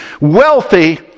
wealthy